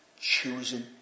Choosing